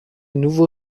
nouveau